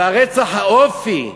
אבל רצח האופי,